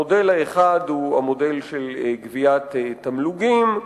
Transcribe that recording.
המודל האחד הוא מודל של גביית תמלוגים,